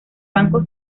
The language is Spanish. banco